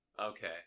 Okay